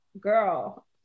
girl